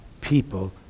people